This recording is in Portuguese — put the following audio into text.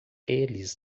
eles